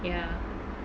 ya